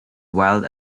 wild